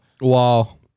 Wow